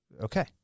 okay